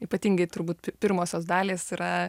ypatingai turbūt pirmosios dalys yra